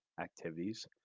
activities